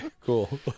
cool